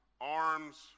arms